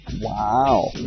Wow